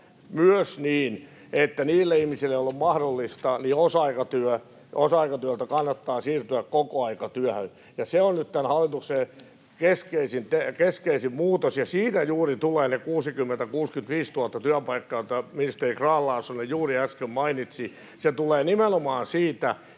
myös niin, että niiden ihmisten, joille se on mahdollista, kannattaa siirtyä osa-aikatyöstä kokoaikatyöhön. Se on nyt tämän hallituksen keskeisin muutos, ja siitä juuri tulevat ne 60 000—65 000 työpaikkaa, jotka ministeri Grahn-Laasonen juuri äsken mainitsi. Se tulee nimenomaan siitä, että